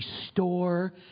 restore